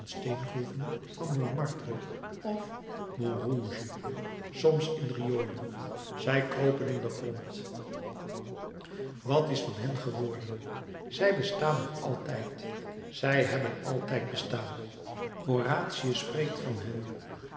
steengroeven van montmartre of montrouge soms in riolen zij kropen in den grond wat is van hen geworden zij bestaan nog altijd zij hebben altijd bestaan horatius spreekt van hen